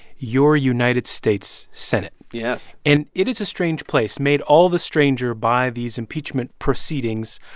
your united states senate yes and it is a strange place made all the stranger by these impeachment proceedings,